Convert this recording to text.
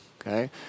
Okay